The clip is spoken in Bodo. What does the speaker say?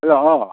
हेल' अ